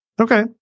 Okay